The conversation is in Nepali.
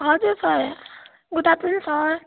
हजुर सर गुड आफ्टरनुन सर